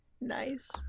Nice